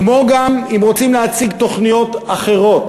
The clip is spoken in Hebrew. כמו גם אם רוצים להציג תוכניות אחרות.